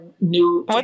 new